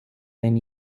ten